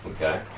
Okay